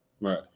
Right